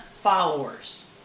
followers